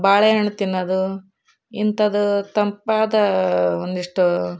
ಬಾಳೆಹಣ್ಣು ತಿನ್ನೋದು ಇಂಥದ್ದು ತಂಪಾದ ಒಂದಿಷ್ಟು